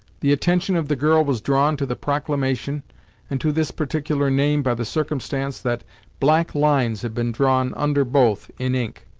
the attention of the girl was drawn to the proclamation and to this particular name by the circumstance that black lines had been drawn under both, in ink.